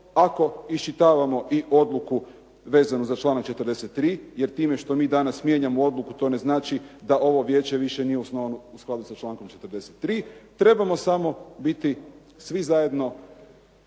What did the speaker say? ako iščitavamo i odluku vezanu za članak 43. jer time što mi danas mijenjamo odluku to ne znači da ovo vijeće više nije u skladu sa člankom 43. Trebamo samo biti svi zajedno